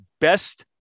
best